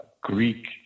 Greek